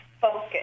focus